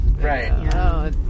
Right